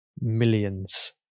millions